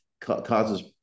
causes